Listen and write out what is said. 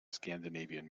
scandinavian